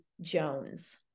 Jones